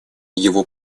его